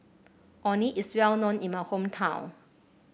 Orh Nee is well known in my hometown